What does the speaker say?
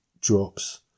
drops